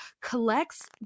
collects